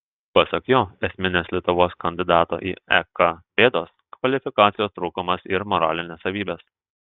pasak jo esminės lietuvos kandidato į ek bėdos kvalifikacijos trūkumas ir moralinės savybės